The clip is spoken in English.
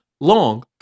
Long